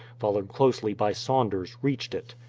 followed closely by saunders, reached it.